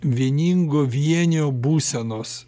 vieningo vienio būsenos